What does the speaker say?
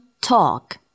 talk